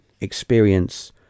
experience